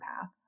path